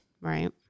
Right